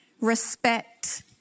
respect